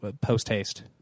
post-haste